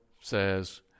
says